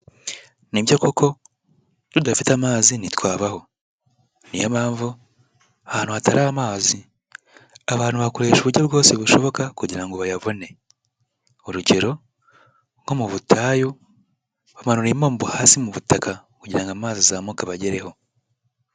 Nibyo koko tudafite amazi ntitwabaho, niyo mpamvu ahantu hatari amazi abantu bakoresha uburyo bwose bushoboka kugira ngo bayabone. Urugero nko mu butayu bamanura impombo hasi mu butaka kugira ngo amazi azamuka abagereho.